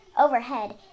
Overhead